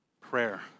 Prayer